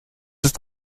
ist